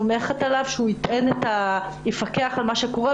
סומכת על כל בית חולים שיפקח על מה שקורה.